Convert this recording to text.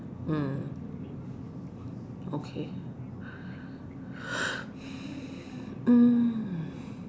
mm okay mm